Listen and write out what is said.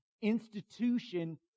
institution